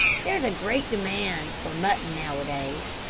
there's a great demand for mutton nowadays,